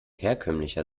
herkömmlicher